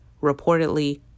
reportedly